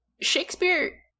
Shakespeare